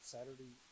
Saturday